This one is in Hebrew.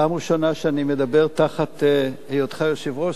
זו הפעם הראשונה שאני מדבר תחתיך כיושב-ראש,